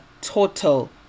total